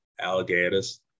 alligators